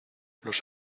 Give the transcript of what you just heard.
los